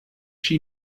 she